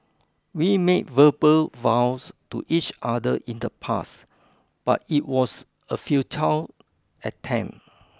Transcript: we made verbal vows to each other in the past but it was a futile attempt